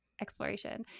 exploration